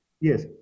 Yes